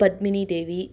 पद्मिनी देवी